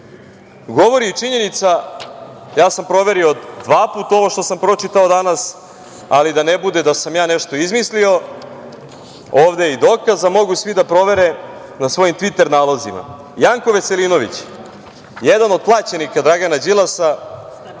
govori i činjenica, ja sam proverio dva puta ovo što sam pročitao danas, ali da ne bude da sam ja nešto izmislio, ovde je i dokaz, a mogu svi da provere na svojim Tviter nalozima - Janko Veselinović, jedan od plaćenika Dragana Đilasa,